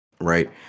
right